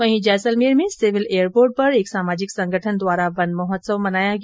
वहीं जैसलमेर में civil airport पर एक सामाजिक संगठन द्वारा वन महोत्सव मनाया गया